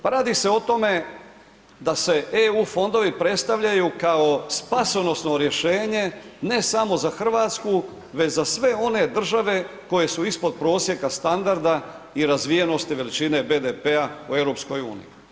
Pa radi se o tome da se EU fondovi predstavljaju kao spasonosno rješenje ne samo za RH, već za sve one države koje su ispod prosjeka standarda i razvijenosti veličine BDP-a u EU.